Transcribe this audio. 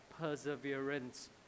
perseverance